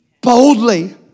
boldly